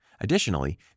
Additionally